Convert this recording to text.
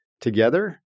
together